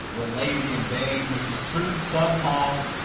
we're lazy and vain, which is true sometimes.